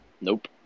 Nope